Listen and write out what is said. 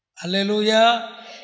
Hallelujah